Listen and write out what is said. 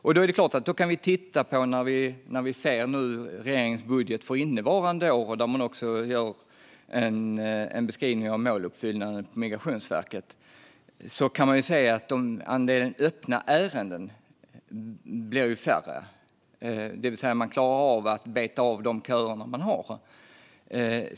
Vi kan då titta på regeringens budget för innevarande år, där man också gör en beskrivning av måluppfyllelsen på Migrationsverket. Där kan vi se att andelen öppna ärenden blir mindre, det vill säga man klarar av att beta av de köer man har.